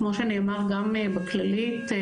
כמו שנאמר גם בכללית,